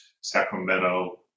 sacramento